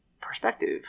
perspective